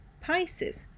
Pisces